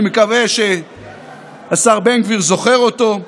אני מקווה שהשר בן גביר זוכר אותו,